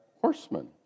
horsemen